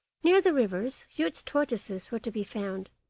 near the rivers huge tortoises were to be found,